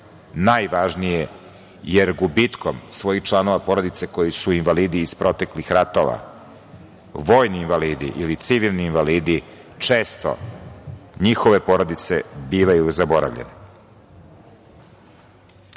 najvažnije, jer gubitkom svojih članova porodice koji su invalidi iz proteklih radova, vojni invalidi ili civilni invalidi često njihove porodice bivaju zaboravljene.